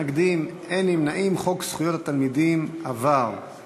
חוק זכויות תלמידים עם לקות